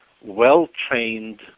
well-trained